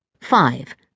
Five